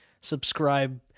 subscribe